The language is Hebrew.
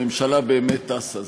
הממשלה באמת טסה.